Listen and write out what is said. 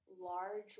large